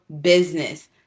business